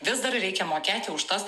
vis dar reikia mokėti už tas